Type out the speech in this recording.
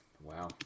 Wow